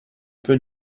peu